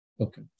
Okay